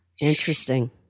Interesting